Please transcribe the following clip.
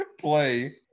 play